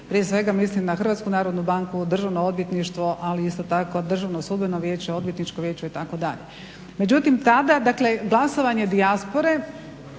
Prije svega mislim na HNB, državno odvjetništvo, ali isto tako Državno sudbeno vijeće, odvjetničko vijeće itd. Međutim, tada glasovanje dijaspore